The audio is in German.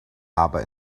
aber